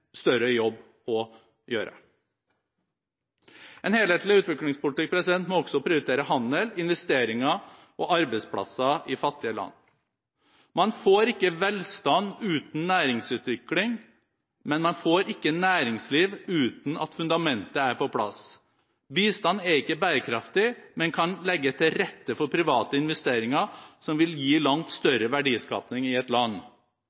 større jobb å gjøre. En helhetlig utviklingspolitikk må også prioritere handel, investeringer og arbeidsplasser i fattige land: «Man får ikke velstand uten næringsutvikling, men man får ikke næringsliv uten at fundamentet er på plass. Bistand er ikke bærekraftig, men det kan legge til rette for privat investeringer, som vil gi langt større verdiskapning i et land.»